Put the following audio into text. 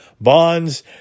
bonds